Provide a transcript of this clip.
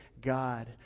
God